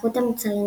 איכות המוצרים,